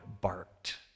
barked